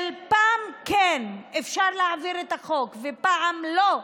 של פעם כן אפשר להעביר את החוק ופעם לא,